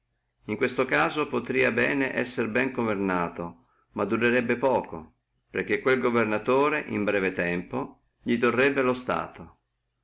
in questo caso potria bene essere ma durerebbe poco perché quello governatore in breve tempo li torrebbe lo stato